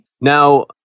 now